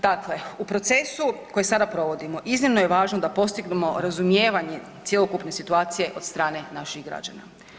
Dakle, u procesu koji sada provodimo iznimno je važno da postignemo razumijevanje cjelokupne situacije od strane naših građana.